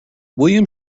william